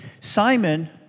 Simon